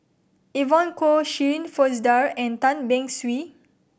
Evon Kow Shirin Fozdar and Tan Beng Swee